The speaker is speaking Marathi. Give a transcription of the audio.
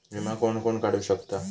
विमा कोण कोण काढू शकता?